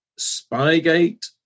Spygate